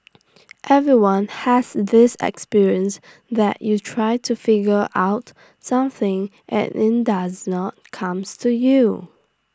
everyone has this experience that you try to figure out something and IT does not comes to you